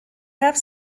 have